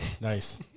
Nice